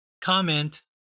comment